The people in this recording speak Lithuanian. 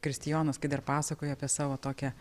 kristijonas kai dar pasakoja apie savo tokią